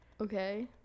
Okay